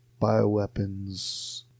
bioweapons